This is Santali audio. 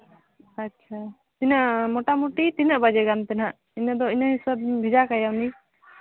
ᱟᱪᱪᱷᱟ ᱛᱤᱱᱟᱹᱜ ᱢᱳᱴᱟᱢᱩᱴᱤ ᱛᱤᱱᱟᱹᱜ ᱵᱟᱡᱮ ᱜᱟᱱ ᱛᱮ ᱦᱟᱸᱜ ᱤᱱᱟᱹ ᱫᱚ ᱤᱱᱟᱹ ᱦᱤᱥᱟᱹᱵ ᱤᱧ ᱵᱷᱮᱡᱟ ᱠᱟᱭᱟ ᱩᱱᱤ